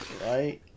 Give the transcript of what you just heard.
Right